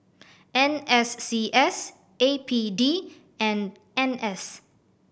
N S C S A P D and N S